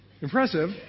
impressive